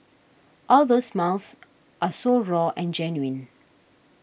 all those smiles are so raw and genuine